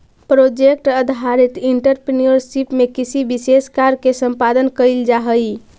project आधारित entrepreneurship में किसी विशेष कार्य के संपादन कईल जाऽ हई